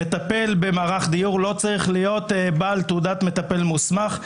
מטפל במערך דיור לא צריך להיות בעל תעודת מטפל מוסמך.